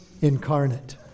incarnate